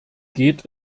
geht